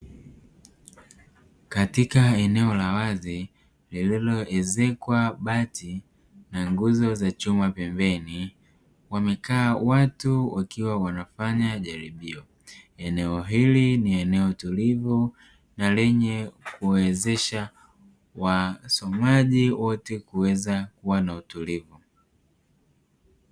Katika eneo la wazi lililoezekwa bati na nguzo za chuma pembeni wamekaa watu wakiwa wanafanya jaribio, eneo hili ni eneo tulivu na lenye kuwawezesha wasomaji wote kuweza kuwa na utulivu.